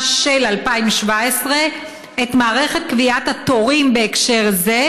של 2017 את מערכת קביעת התורים בהקשר זה,